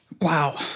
Wow